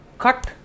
Cut